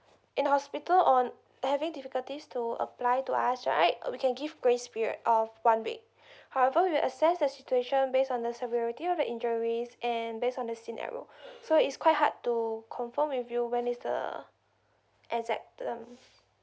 in hospital on having difficulties to apply to us right we can give grace period of one week however we'll assess the situation based on the severity of the injuries and based on the scenario so it's quite hard to confirm with you you when is the exact um